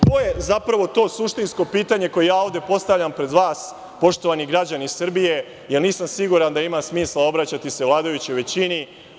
To je zapravo to suštinsko pitanje koje ja ovde postavljam pred vas, poštovani građani Srbije, jer nisam siguran da ima smisla obraćati se vladajućoj većini.